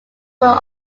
were